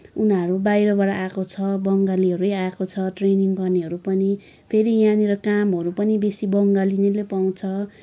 उनीहरू बाहिरबाट आएको छ बङ्गालीहरू नै आएको छ ट्रेनिङ गर्नेहरू पनि पेरि यहाँनिर कामहरू पनि बेसी बङ्गालीले नै पाउँछ